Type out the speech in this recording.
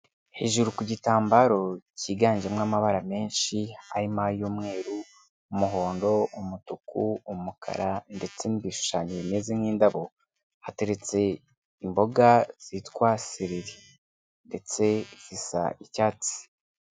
Hejuru ku gitambaro cyiganjemo amabara menshi, harimo ay'umweru, umuhondo, umutuku, umukara, ndetse n'ibishushanyo bimeze nk'indabo, hateretse imboga zitwa sereri, ndetse zisa icyatsi.